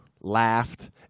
laughed